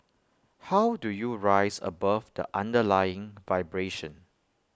how do you rise above the underlying vibration